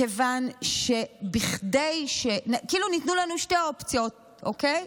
כאילו ניתנו לנו שתי אופציות, אוקיי?